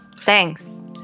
thanks